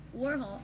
Warhol